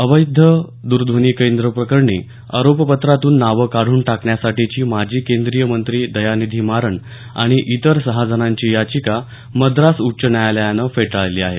अवैध द्रध्वनीकेंद्र प्रकरणी आरोप पत्रातून नावं काढून टाकण्यासाठीची माजी केंद्रीय मंत्री दयानिधी मारन आणि इतर सहा जणांची याचिका मद्रास उच्च न्यायालयानं फेटाळली आहे